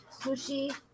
sushi